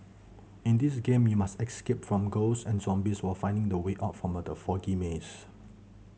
in this game you must escape from ghost and zombies while finding the way out from the foggy maze